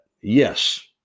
yes